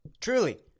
Truly